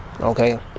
okay